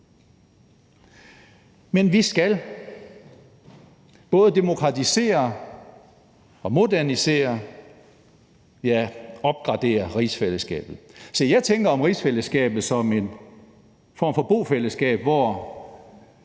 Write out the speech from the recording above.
Vi skal både demokratisere, modernisere og opgradere rigsfællesskabet. Jeg tænker rigsfællesskabet som en form for bofællesskab, hvor